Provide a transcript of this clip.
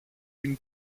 την